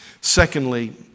Secondly